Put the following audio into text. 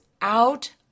out